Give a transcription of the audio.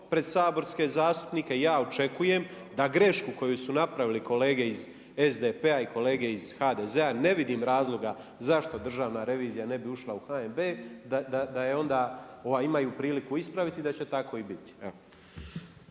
pred saborske zastupnike, ja očekujem da grešku koju su napravili kolege iz SDP-a i kolege iz HDZ-a, ne vidim razloga zašto Državna revizija ne bi ušla u HNB, da je onda imaju priliku ispraviti, da će tako i biti,